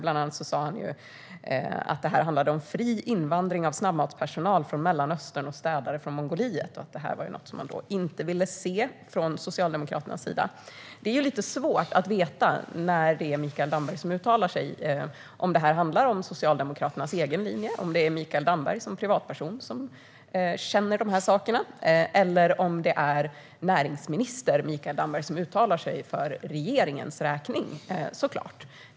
Han sa bland annat att det handlar om fri invandring av snabbmatspersonal från Mellanöstern och städpersonal från Mongoliet och att det är något som Socialdemokraterna inte vill se. När Mikael Damberg uttalar sig är det lite svårt att veta om det handlar om Socialdemokraternas linje, om det är Mikael Damberg som privatperson som känner dessa saker eller om det är näringsminister Mikael Damberg som uttalar sig för regeringens räkning.